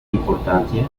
importancia